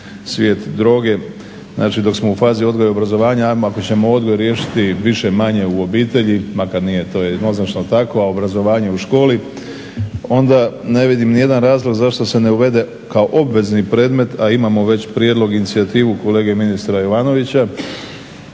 svijet droge. Znači, dok smo u fazi odgoja i obrazovanja, ajmo, ako ćemo odgoj riješiti više manje u obitelji, makar nije to tako, obrazovanje u školi, onda ne vidim niti jedan razlog zašto se ne uvede kao obvezan predmet, a imamo već prijedlog i inicijativu kolege ministra Jovanovića,